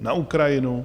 Na Ukrajinu?